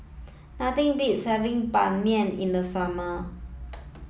nothing beats having Ban Mian in the summer